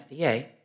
FDA